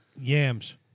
Yams